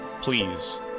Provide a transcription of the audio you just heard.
please